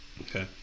Okay